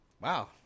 Wow